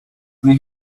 leave